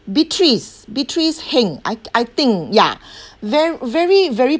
beatrice beatrice hing I I think ya very very very